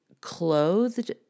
clothed